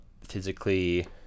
physically